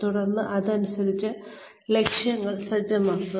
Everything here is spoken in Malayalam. തുടർന്ന് അതിനനുസരിച്ച് ലക്ഷ്യങ്ങൾ സജ്ജമാക്കുക